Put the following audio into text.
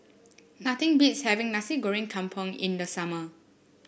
nothing beats having Nasi Goreng Kampung in the summer